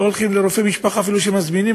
לא הולכים לרופא משפחה אפילו כשמזמינים